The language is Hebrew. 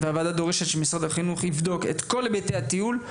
והוועדה דורשת שמשרד החינוך יבדוק את כל היבטי הטיול,